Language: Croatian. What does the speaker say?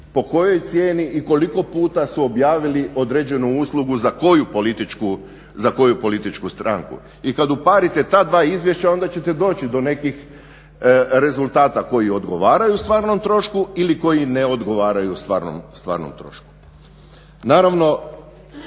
po kojoj cijeni i koliko puta su objavili određenu uslugu za koju političku stranku. I kad uparite ta dva izvješća onda ćete doći do nekih rezultata koji odgovaraju stvarnom trošku ili koji ne odgovaraju stvarnom trošku. Naravno,